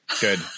Good